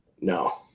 No